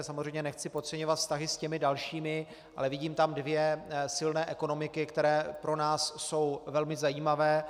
Samozřejmě nechci podceňovat vztahy s těmi dalšími, ale vidím tam dvě silné ekonomiky, které pro nás jsou velmi zajímavé.